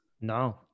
No